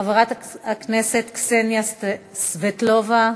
חברת הכנסת קסניה סבטלובה,